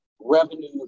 revenue